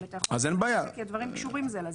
אבל אתה יכול לנמק כי הדברים קשורים זה לזה,